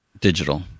digital